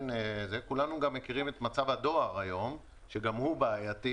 וכולנו גם מכירים את מצב הדואר היום שגם הוא בעייתי